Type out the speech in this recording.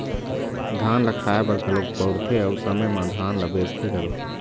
धान ल खाए बर घलोक बउरथे अउ समे म धान ल बेचथे घलोक